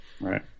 Right